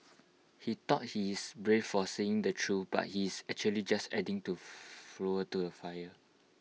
he thought he's brave for saying the truth but he's actually just adding to fuel to the fire